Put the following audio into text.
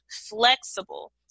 flexible